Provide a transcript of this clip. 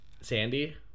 sandy